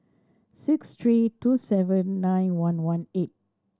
six three two seven nine one one eight